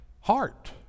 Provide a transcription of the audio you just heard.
heart